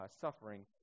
suffering